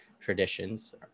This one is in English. Traditions